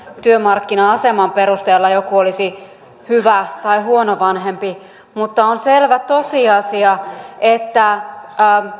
työmarkkina aseman perusteella joku olisi hyvä tai huono vanhempi mutta on selvä tosiasia että